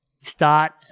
start